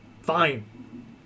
Fine